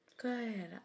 Good